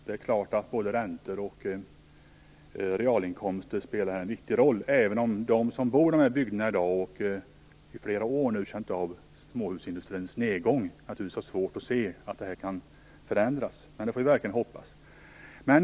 Det är klart att både räntor och realinkomster spelar en viktig roll, även om de som bor i dessa bygder och under flera år fått känna av småhusindustrins nedgång naturligtvis har svårt att se att situationen kan förändras. Men det får vi verkligen hoppas.